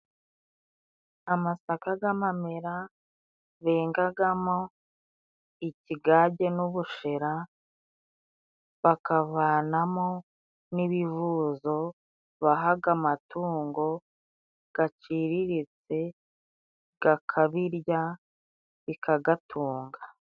Amasaka gamamera, bengagamo ikigage n'ubushera, bakavanamo n'ibivuzo bahaga amatungo gaciriritse, gakabirya bikagatunga.